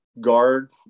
guard